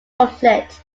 conflict